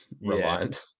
reliant